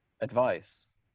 advice